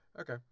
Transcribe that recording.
Okay